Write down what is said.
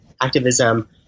activism